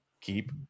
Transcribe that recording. keep